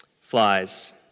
flies